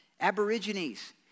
Aborigines